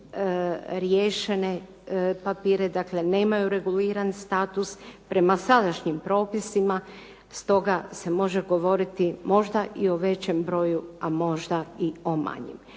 nemaju riješene papire, dakle nemaju reguliran status prema sadašnjim propisima, stoga se može govoriti možda i o većem broju, a možda i o manjem.